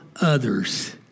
others